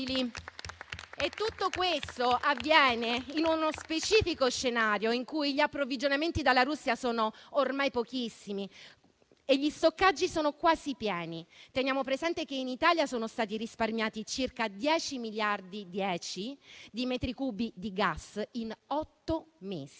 Tutto questo avviene in uno specifico scenario, in cui gli approvvigionamenti dalla Russia sono ormai pochissimi e gli stoccaggi sono quasi pieni. Teniamo presente che in Italia sono stati risparmiati circa 10 miliardi di metri cubi di gas in otto mesi,